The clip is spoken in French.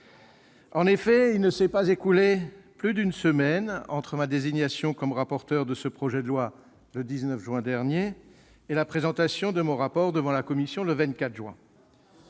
En effet, il ne s'est pas écoulé plus d'une semaine entre ma désignation comme rapporteur de ce projet de loi, le 19 juin dernier, et la présentation de mon rapport devant la commission le 24 juin.